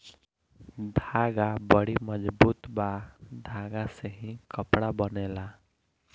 धागा बड़ी मजबूत बा धागा से ही कपड़ा बनेला